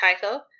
title